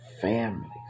families